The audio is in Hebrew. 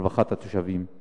לרווחת התושבים.